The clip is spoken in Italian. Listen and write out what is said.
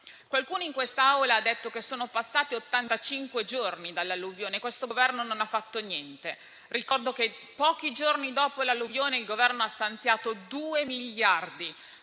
Qualcuno in questa Aula ha detto che sono passati ottantacinque giorni dall'alluvione e questo Governo non ha fatto niente. Ricordo che pochi giorni dopo l'alluvione, il Governo ha stanziato due miliardi,